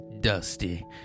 dusty